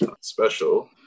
special